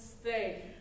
stay